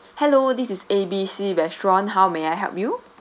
hello this is A B C restaurant how may I help you